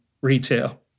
retail